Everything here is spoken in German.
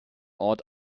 ort